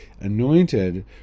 anointed